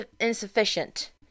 insufficient